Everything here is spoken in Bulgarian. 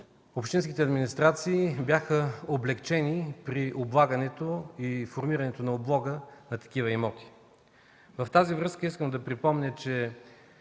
общинските администрации бяха облекчени при облагането и формирането на облога на такива имоти. В тази връзка искам да припомня, че